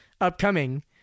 Upcoming